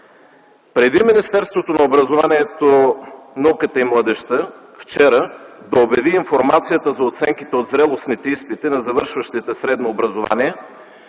Преди Министерството на образованието, науката и младежта вчера да обяви информацията за оценките от зрелостните изпити на завършващите средно образование,